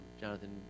Jonathan